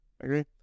Agree